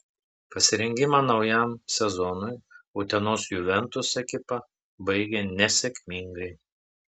pasirengimą naujam sezonui utenos juventus ekipa baigė nesėkmingai